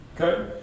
Okay